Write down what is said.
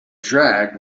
dragged